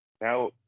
now